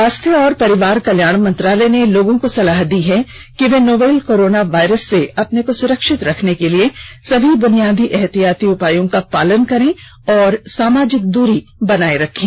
स्वास्थ्य और परिवार कल्याण मंत्रालय ने लोगों को सलाह दी है कि वे नोवल कोरोना वायरस से अपने को सुरक्षित रखने के लिए सभी बुनियादी एहतियाती उपायों का पालन करें और सामाजिक दूरी बनाए रखें